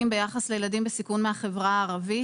ביחס לילדים בסיכון מהחברה הערבית.